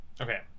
Okay